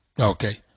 Okay